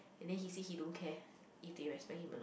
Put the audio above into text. and then he say he don't care if they respect him or not